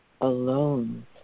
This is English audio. alone